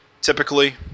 typically